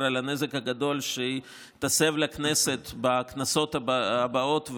על הנזק שהיא תסב לכנסת בכנסות הבאות.